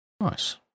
nice